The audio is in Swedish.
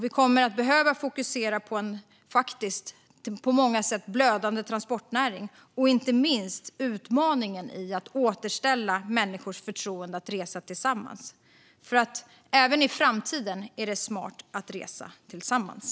Vi kommer att behöva fokusera på en på många sätt blödande transportnäring, inte minst utmaningen i att återställa människors förtroende att resa tillsammans. Även i framtiden är det smart att resa tillsammans.